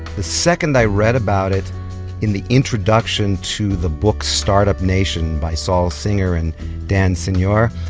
the second i read about it in the introduction to the book start-up nation by saul singer and dan senor.